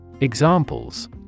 Examples